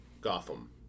Gotham